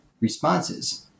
responses